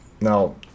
now